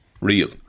real